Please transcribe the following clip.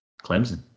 Clemson